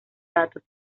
datos